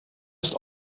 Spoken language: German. ist